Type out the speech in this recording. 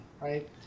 right